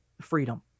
freedom